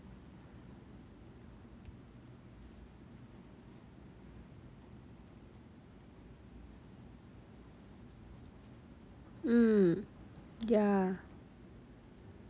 mm yeah